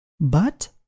But